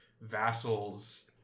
vassals